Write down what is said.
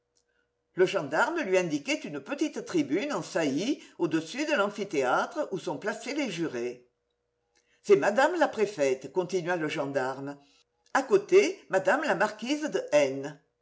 le gendarme lui indiquait une petite tribune en saillie au-dessus de l'amphithéâtre où sont placés les jurés c'est mme la préfète continua le gendarme à côté mme la marquise de